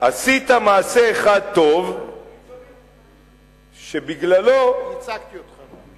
עשית מעשה אחד טוב, שבגללו, אני ייצגתי אותך.